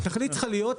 התכלית צריכה להיות,